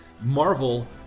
Marvel